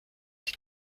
die